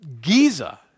Giza